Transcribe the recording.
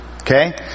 Okay